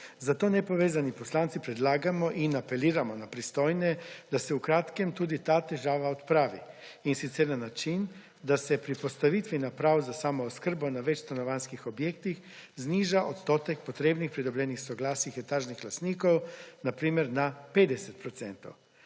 Zato nepovezani poslanci predlagamo in apeliramo na pristojne, da se v kratkem tudi ta težava odpravi, in sicer na način, da se pri postavitvi naprav za samooskrbo na več stanovanjskih objektih zniža odstotek potrebnih pridobljenih soglasij etažnih lastnikov, na primer na 50 %.